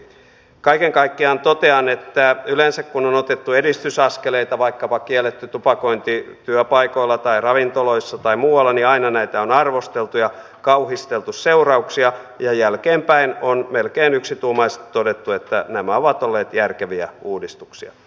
kaiken kaikkiaan totean että yleensä kun on otettu edistysaskeleita vaikkapa kielletty tupakointi työpaikoilla tai ravintoloissa tai muualla niin aina näitä on arvosteltu ja kauhisteltu seurauksia ja jälkeenpäin on melkein yksituumaisesti todettu että nämä ovat olleet järkeviä uudistuksia